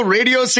Radio